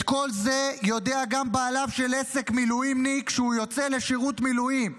את כל זה יודע גם בעליו של עסק מילואימניק כשהוא יוצא לשירות מילואים,